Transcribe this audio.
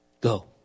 Go